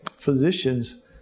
Physicians